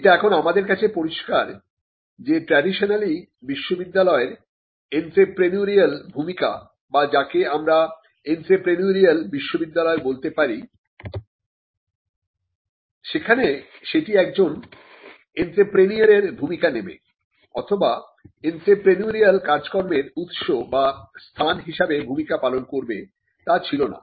এটা এখন আমাদের কাছে পরিষ্কার যে ট্রেডিশনালি বিশ্ববিদ্যালয়ের এন্ত্রেপ্রেনিউরিয়াল ভূমিকা বা যাকে আমরা এন্ত্রেপ্রেনিউরিয়াল বিশ্ববিদ্যালয় বলতে পারি যেখানে সেটি একজন এন্ত্রেপ্রেনিউর এর ভূমিকা নেবে অথবা এন্ত্রেপ্রেনিউরিয়াল কার্যক্রমের উৎস বা স্থান হিসেবে ভূমিকা পালন করবে তা ছিল না